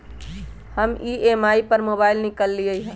हम ई.एम.आई पर मोबाइल किनलियइ ह